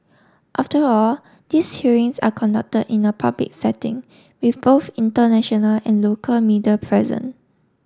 after all these hearings are conducted in a public setting with both international and local media present